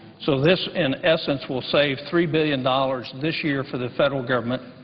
so this, in essence, will save three billion dollars this year for the federal government.